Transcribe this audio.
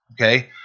Okay